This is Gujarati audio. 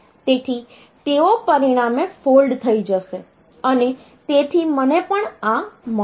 તેથી તેઓ પરિણામે ફોલ્ડ થઈ જશે અને તેથી મને પણ આ મળશે